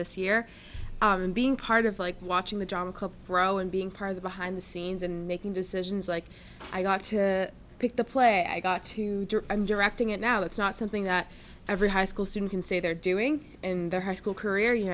this year and being part of like watching the drama club grow and being part of the behind the scenes and making decisions like i got to pick the play i got to do i'm directing it now it's not something that every high school student can say they're doing in their high school career you